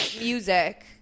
Music